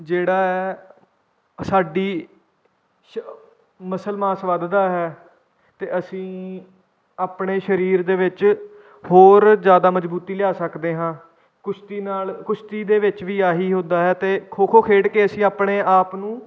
ਜਿਹੜਾ ਹੈ ਸਾਡੀ ਸ਼ ਮਸਲ ਮਾਸ ਵਧਦਾ ਹੈ ਅਤੇ ਅਸੀਂ ਆਪਣੇ ਸਰੀਰ ਦੇ ਵਿੱਚ ਹੋਰ ਜ਼ਿਆਦਾ ਮਜਬੂਤੀ ਲਿਆ ਸਕਦੇ ਹਾਂ ਕੁਸ਼ਤੀ ਨਾਲ ਕੁਸ਼ਤੀ ਦੇ ਵਿੱਚ ਵੀ ਆਹੀ ਹੁੰਦਾ ਹੈ ਅਤੇ ਖੋ ਖੋ ਖੇਡ ਕੇ ਅਸੀਂ ਆਪਣੇ ਆਪ ਨੂੰ